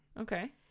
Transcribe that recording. Okay